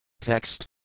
Text